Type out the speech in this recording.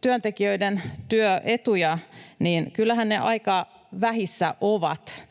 työntekijöiden työetuja, niin kyllähän ne aika vähissä ovat